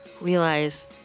realize